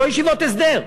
לא ישיבות הסדר,